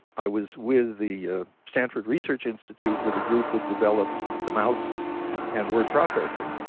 i was with the stanford research institute with a group that developed the mouse and word processing,